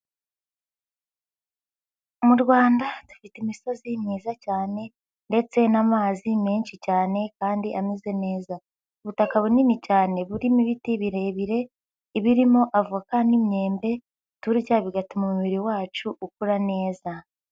Mu Rwanda dufite imisozi myiza cyane ndetse n'amazi menshi cyane kandi ameze neza, ubutaka bunini cyane burimo ibiti birebire ibirimo avoka n'imyembe turya bigatuma umubiri wacu ukora neza.